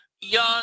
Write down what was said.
young